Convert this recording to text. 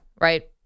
right